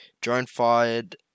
drone-fired